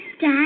Dad